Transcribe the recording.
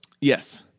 Yes